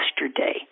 yesterday